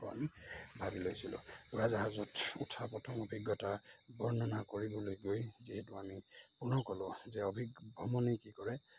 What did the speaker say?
আমি ভাবি লৈছিলোঁ উৰাজাহাজত উঠা প্ৰথম অভিজ্ঞতা বৰ্ণনা কৰিবলৈ গৈ যিহেতু আমি পুনৰ ক'লোঁ যে অভি ভ্ৰমণে কি কৰে